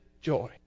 joy